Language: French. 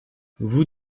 vous